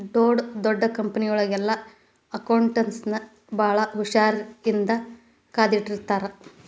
ಡೊಡ್ ದೊಡ್ ಕಂಪನಿಯೊಳಗೆಲ್ಲಾ ಅಕೌಂಟ್ಸ್ ನ ಭಾಳ್ ಹುಶಾರಿನ್ದಾ ಕಾದಿಟ್ಟಿರ್ತಾರ